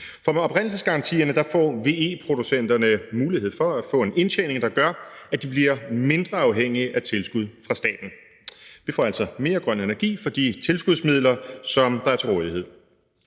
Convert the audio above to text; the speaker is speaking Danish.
for med oprindelsesgarantierne får VE-producenterne mulighed for at få en indtjening, der gør, at de bliver mindre afhængige af tilskud fra staten. Vi får altså mere grøn energi for de tilskudsmidler, som der er til rådighed.